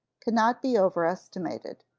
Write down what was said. can not be overestimated,